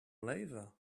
lava